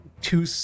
two